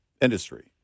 industry